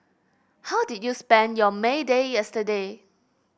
how did you spend your May Day yesterday